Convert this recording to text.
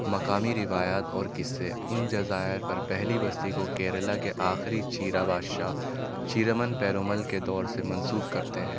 مقامی روایات اور قصے ان جزائر پر پہلی بستی کو کیرلا کے آخری چیرا بادشاہ چیرامن پیرومل کے دور سے منسوب کرتے ہیں